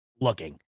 looking